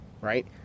right